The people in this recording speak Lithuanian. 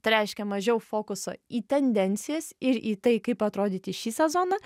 tai reiškia mažiau fokuso į tendencijas ir į tai kaip atrodyti šį sezoną